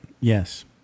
Yes